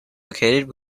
located